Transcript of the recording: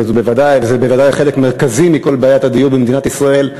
וזה בוודאי חלק מרכזי מכל בעיית הדיור במדינת ישראל,